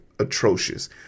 Atrocious